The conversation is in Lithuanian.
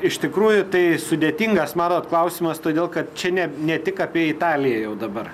iš tikrųjų tai sudėtingas matot klausimas todėl kad čia ne ne tik apie italiją jau dabar